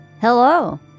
Hello